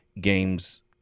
games